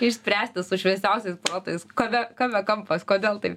išspręsti su šviesiausiais protais kame kame kampas kodėl taip